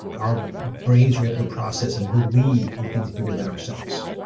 our brains were able to process and believe in things bigger than ourselves.